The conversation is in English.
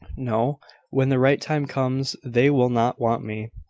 no when the right time comes, they will not want me.